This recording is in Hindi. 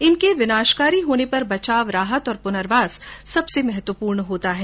इनके विनाशकारी होने पर बचाव राहत और प्नर्वास सबसे महत्वपूर्ण होता है